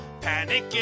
panic